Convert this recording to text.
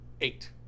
Eight